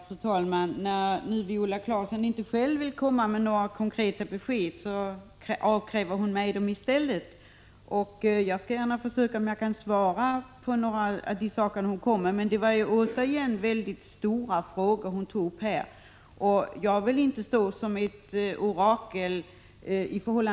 Fru talman! När Viola Claesson nu inte själv vill ge några konkreta besked avkräver hon i stället sådana av mig. Jag skall gärna försöka svara på några av de frågor som hon tog upp, men jag vill också framhålla att dessa var mycket stora.